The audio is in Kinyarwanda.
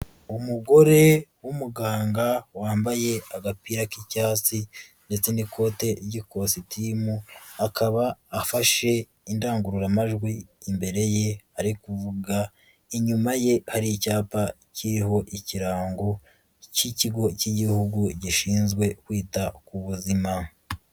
Umugore w'umuganga wambaye agapira k'icyatsi ndetse n'ikote ry'ikositimu akaba afashe indangururamajwi imbere ye ari kuvuga, inyuma ye hari icyapa kiriho ikirango cy'Ikigo cy'Igihugu gishinzwe kwita ku buzima.